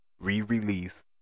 Re-release